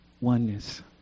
oneness